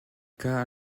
cas